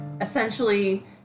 essentially